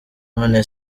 none